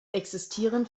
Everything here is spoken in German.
existieren